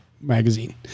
magazine